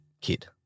kid